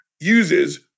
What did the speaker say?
uses